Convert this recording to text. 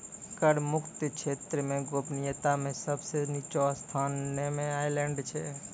कर मुक्त क्षेत्र मे गोपनीयता मे सब सं निच्चो स्थान मे आयरलैंड छै